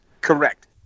correct